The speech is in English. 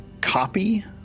copy